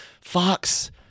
Fox